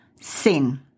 sin